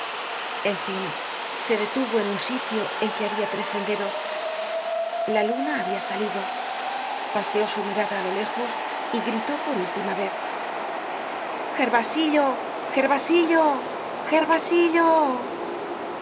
en fin se detuvo en un sitio en que habia tres senderos la luna habia salido paseó su mirada á lo lejos y gritó por última vez gervasillo gervasillo gervasillo